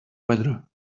weather